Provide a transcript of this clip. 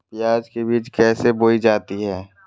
प्याज के बीज कैसे बोई जाती हैं?